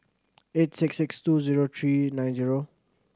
eight six six two zero three nine zero